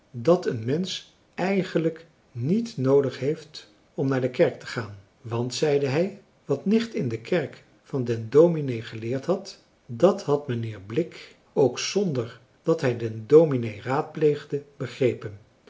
dat een mensch eigenlijk niet noodig heeft om naar de kerk te gaan want zeide hij wat nicht in de kerk van den dominee geleerd had dat had mijnheer blik ook zonder dat hij den dominee raadpleegde begrepen